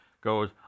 goes